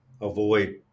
avoid